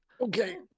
Okay